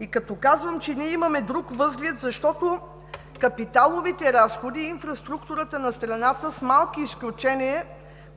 И като казвам, че ние имаме друг възглед, защото капиталовите разходи, инфраструктурата на страната – с малки изключения,